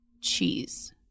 cheese